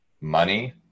money